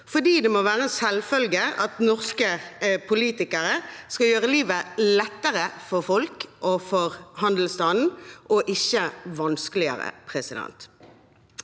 det må være en selvfølge at norske politikere skal gjøre livet lettere for folk og for handelsstanden og ikke vanskeligere.